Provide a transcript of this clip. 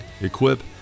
equip